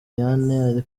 kumwe